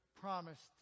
promised